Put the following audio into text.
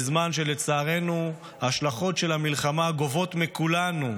בזמן שלצערנו ההשלכות של המלחמה גובות מכולנו,